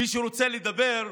מי שרוצה לדבר,